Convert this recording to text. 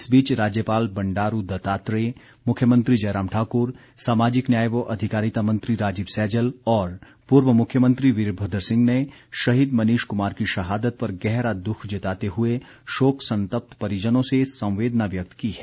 इस बीच राज्यपाल बंडारू दत्तात्रेय मुख्यमंत्री जयराम ठाक्र सामाजिक न्याय व अधिकारिता मंत्री राजीव सैजल और पूर्व मुख्यमंत्री वीरभद्र सिंह ने शहीद मनीष कुमार की शहादत पर गहरा दुख जताते हुए शोक संतप्त परिजनों से संवेदना व्यक्त की है